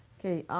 okay.